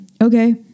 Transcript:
okay